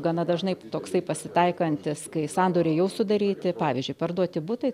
gana dažnai toksai pasitaikantis kai sandoriai jau sudaryti pavyzdžiui parduoti butai